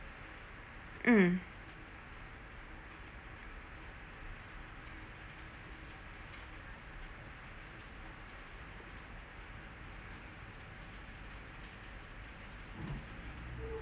mm